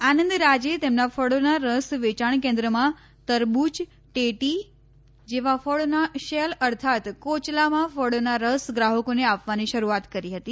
આનંદ રાજે તેમના ફળીનાં રસ વેચાણ કેન્ માં તરબુચ ટેટી જેવા ફળીનાં શેલ અર્થાત કોચલામાં ફળોનાં રસ ગ્રાહકોને આપવાની શરૂઆત કરી હતી